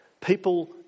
People